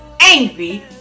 angry